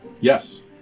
Yes